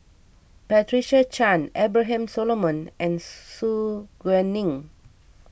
Patricia Chan Abraham Solomon and Su Guaning